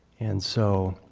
and so